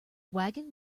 wagon